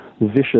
vicious